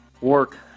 Work